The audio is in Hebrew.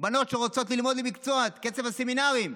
בנות שרוצות ללמוד מקצוע, הסמינרים,